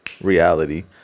reality